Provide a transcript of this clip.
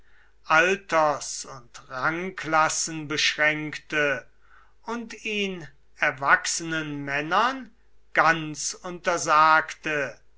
alters und rangklassen beschränkte und ihn erwachsenen männern ganz untersagte